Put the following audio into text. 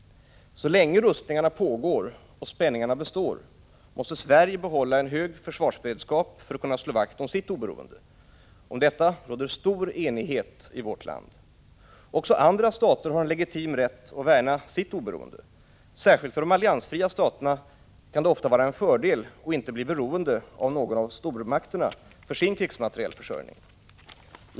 Så länge rustningarna pågår och spänningarna består måste Sverige behålla en hög försvarsberedskap för att kunna slå vakt om sitt oberoende. Om detta råder stor enighet i vårt land. Också andra stater har en legitim rätt att värna sitt oberoende. Särskilt för de alliansfria staterna kan det ofta vara en fördel att inte bli beroende av någon av stormakterna för sin krigsmaterielförsörjning.